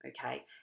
okay